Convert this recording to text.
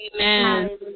Amen